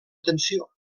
tensió